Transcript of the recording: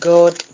God